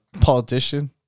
politician